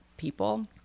people